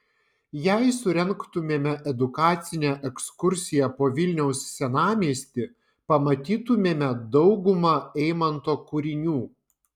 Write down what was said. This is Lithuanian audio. jei surengtumėme edukacinę ekskursiją po vilniaus senamiestį pamatytumėme daugumą eimanto kūrinių